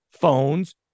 phones